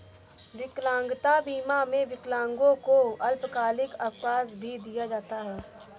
विकलांगता बीमा में विकलांगों को अल्पकालिक अवकाश भी दिया जाता है